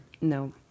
No